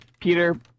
Peter